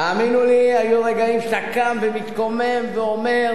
תאמינו לי, היו רגעים שאתה קם ומתקומם ואומר: